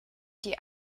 die